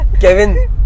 Kevin